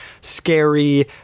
scary